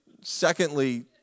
Secondly